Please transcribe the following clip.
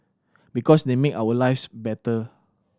because they make our lives better